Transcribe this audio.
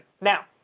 Now